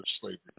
slavery